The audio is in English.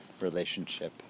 relationship